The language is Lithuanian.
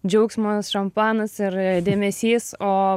džiaugsmas šampanas ir dėmesys o